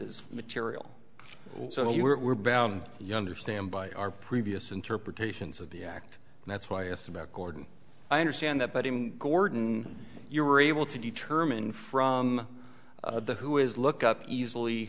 it is material so we're bound younger stand by our previous interpretations of the act and that's why i asked about gordon i understand that but in gordon you were able to determine from the who is look up easily